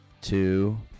two